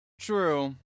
true